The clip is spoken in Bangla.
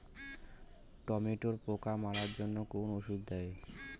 টমেটোর পোকা মারার জন্য কোন ওষুধ দেব?